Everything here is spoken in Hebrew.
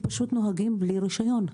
לכן הם פשוט נוהגים בלי רישיון.